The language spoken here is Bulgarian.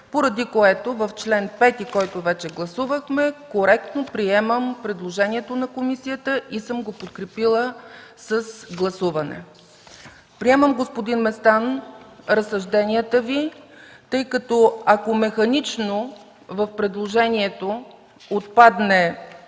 поради което в чл. 5, който вече гласувахме, коректно приемам предложението на комисията и съм го подкрепила с гласуване. Приемам, господин Местан, разсъжденията Ви, тъй като ако механично в предложението отпадне